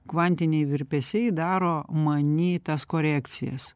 kvantiniai virpesiai daro many tas korekcijas